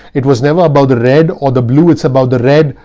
it was never about the red or the blue, it's about the red,